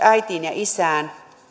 äitiin ja isään